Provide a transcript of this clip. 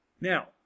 Now